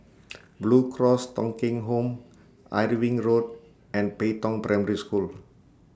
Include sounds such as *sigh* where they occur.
*noise* Blue Cross Thong Kheng Home Irving Road and Pei Tong Primary School